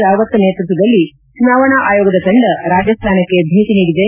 ರಾವತ್ ನೇತೃತ್ವದಲ್ಲಿ ಚುನಾವಣಾ ಆಯೋಗದ ತಂಡ ರಾಜಸ್ತಾನಕ್ಕೆ ಭೇಟ ನೀಡಿದೆ